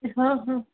હ હ